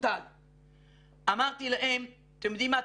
אתם יודעים מה,